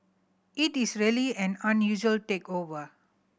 it is really an unusual takeover